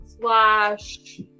slash